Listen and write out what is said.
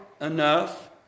enough